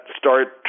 start